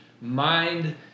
mind